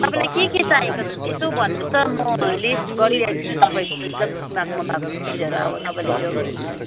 तपाईँलाई के के चाहिएको छ यसो भन्नुहोस् त म लिस्ट गरिहेर्छु नि तपाईँको एकदम दिमागमा भएको चिजहरू अब तपाईँले त्यो